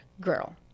girl